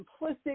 simplistic